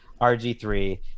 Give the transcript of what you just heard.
RG3